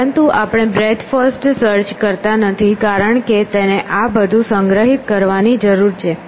પરંતુ આપણે breadth first search કરતા નથી કારણ કે તેને આ બધું સંગ્રહિત કરવાની જરૂર છે